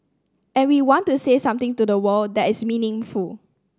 and we want to say something to the world that is meaningful